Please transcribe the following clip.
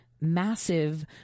massive